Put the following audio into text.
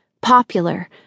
Popular